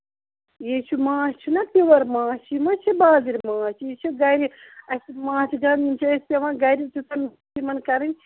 یہِ چھُ ماچھ چھُنہ پِیور ماچھ یہِ مہ چھُ بازٕرۍ ماچھ یہِ چھُ گرِ اَسہِ ماچھِ گَن یہِ چھُ اَسہِ پیوان گرِ یِمن کَرٕنۍ